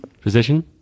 Position